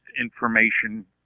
information